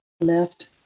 left